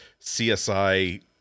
CSI